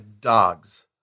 dogs